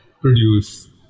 produce